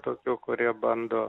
tokių kurie bando